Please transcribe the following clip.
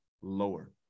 lower